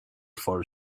for